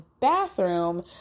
bathroom